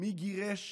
מי גירש